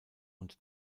und